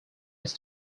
his